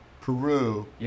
Peru